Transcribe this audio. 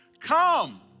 Come